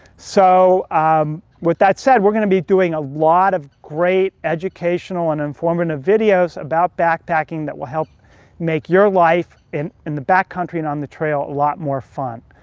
so um with that said, we're gonna be doing a lot of great educational and informative videos about backpacking that will help make your life in in the back country and on the trail a lot more fun.